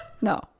No